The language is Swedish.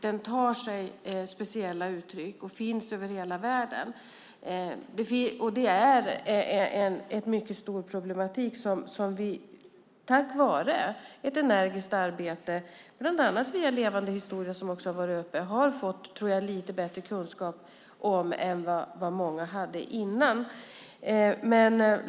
Den tar sig speciella uttryck, finns över hela världen och utgör en mycket stor problematik. Tack vare ett energiskt arbete, bland annat via Levande historia, som också har varit uppe, har vi fått lite bättre kunskap än vi hade tidigare, tror jag.